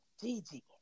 Gigi